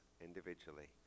individually